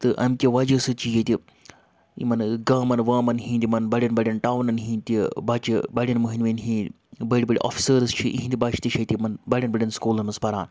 تہٕ امہِ کہِ وجہ سۭتۍ چھِ ییٚتہِ یِمَن گامَن وامَن ہٕنٛدۍ یِمَن بَڑٮ۪ن بَڑٮ۪ن ٹاونن ہٕنٛدۍ تہِ بَچہِ بَڑٮ۪ن مٔہنۍ ؤنۍ ہِنٛدۍ بٔڑۍ بٔڑۍ آفِسٲرٕس چھِ یِہِنٛدۍ بَچہِ تہِ ییٚتہِ یِمَن بَڑٮ۪ن بڑٮ۪ن سکوٗلَن منٛز پَران